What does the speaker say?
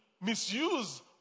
misuse